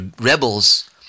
rebels